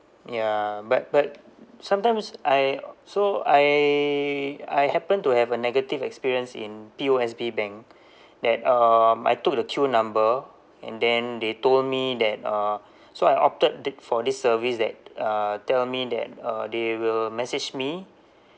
ya but but sometimes I so I I happened to have a negative experience in P_O_S_B bank that um I took the queue number and then they told me that uh so I opted did for this service that uh tell me that uh they will message me